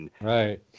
Right